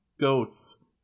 goats